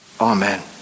Amen